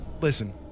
Listen